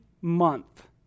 month